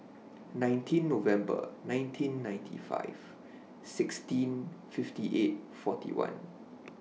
nineteen November nineteen ninety five sixteen fifty eight forty one